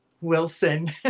wilson